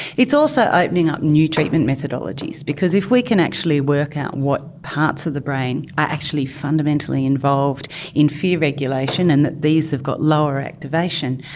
it is also opening up new treatment methodologies, because if we can actually work out what parts of the brain are actually fundamentally involved in fear regulation and that these have got lower activation,